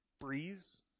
Breeze